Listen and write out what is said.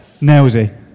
Nailsy